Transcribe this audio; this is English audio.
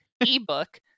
ebook